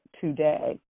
today